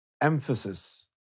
emphasis